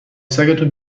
سگتون